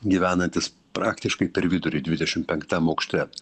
gyvenantis praktiškai per vidurį dvidešim penktam aukšte